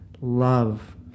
Love